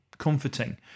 comforting